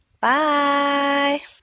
Bye